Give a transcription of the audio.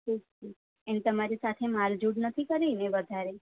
okay એણે તમારી સાથે મારઝૂડ નથી કરીને વધારે